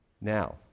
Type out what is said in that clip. Now